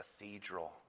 cathedral